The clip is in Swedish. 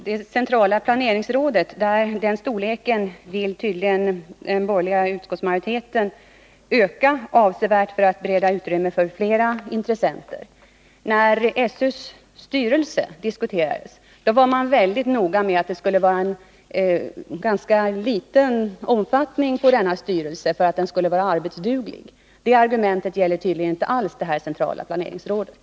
Den borgerliga utskottsmajoriteten vill tydligen öka storleken hos det centrala planeringsrådet avsevärt för att bereda utrymme för flera intressenter. När SÖ:s styrelse diskuterades, var man från borgerligt håll väldigt noga med att den skulle ha ganska liten omfattning för att den skulle vara arbetsduglig. Det argumentet gäller tydligen inte alls i fråga om det centrala planeringsrådet.